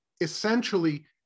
essentially